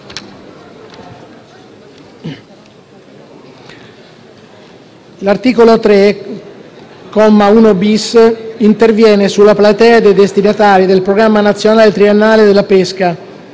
L'articolo 3, comma 1-*bis*, interviene sulla platea dei destinatari del Programma nazionale triennale della pesca.